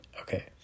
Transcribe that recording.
okay